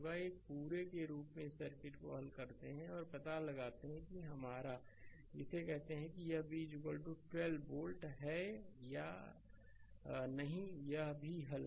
एक पूरे के रूप में इस सर्किट को हल करते हैं और पता लगाते हैं कि और हमारा जिसे कहते है कि यह v 12 वोल्ट या नहीं यह भी हल है